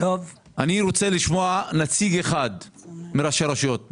אני רוצה לשמוע נציג אחד של ראשי הרשויות.